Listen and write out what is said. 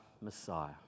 Messiah